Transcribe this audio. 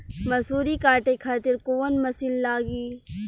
मसूरी काटे खातिर कोवन मसिन लागी?